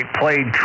played